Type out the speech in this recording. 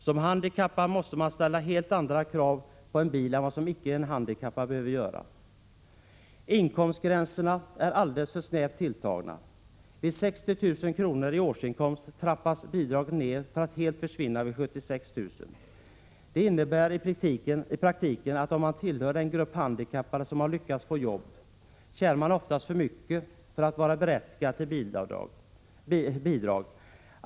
Som handikappad måste man ställa helt andra krav på en bil än vad en icke handikappad behöver göra. Inkomstgränserna är alldeles för snävt tilltagna. Vid 60 000 kr. i årsinkomst trappas bidraget ner för att helt försvinna vid 76 000 kr. Det innebär i praktiken att man, om man tillhör den grupp handikappade som har lyckats få jobb, oftast tjänar för mycket för att vara berättigad till bidrag.